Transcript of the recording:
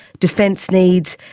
defence needs,